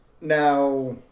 Now